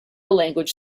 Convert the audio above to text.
language